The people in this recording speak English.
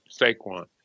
Saquon